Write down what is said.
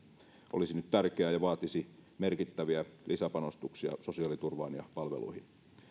olisi nyt tärkeää ja vaatisi merkittäviä lisäpanostuksia sosiaaliturvaan ja palveluihin